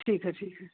ठीक है ठीक है